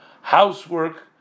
housework